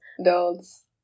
adults